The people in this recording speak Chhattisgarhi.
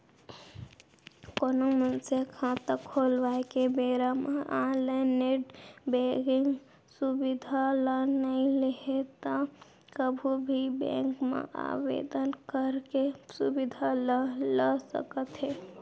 कोनो मनसे ह खाता खोलवाए के बेरा म ऑनलाइन नेट बेंकिंग सुबिधा ल नइ लेहे त कभू भी बेंक म आवेदन करके सुबिधा ल ल सकत हे